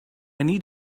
need